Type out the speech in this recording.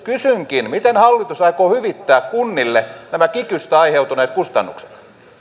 kysynkin miten hallitus aikoo hyvittää kunnille nämä kikystä aiheutuneet kustannukset